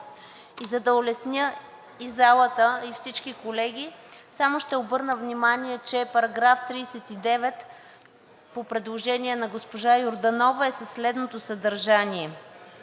И за да улесня и залата, и всички колеги, само ще обърна внимание, че параграф 39 по предложение на госпожа Йорданова е със следното съдържание: